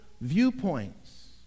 viewpoints